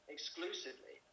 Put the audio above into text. exclusively